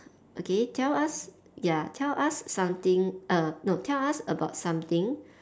okay tell us ya tell us something err no tell us about something